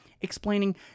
explaining